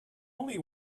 only